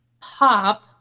pop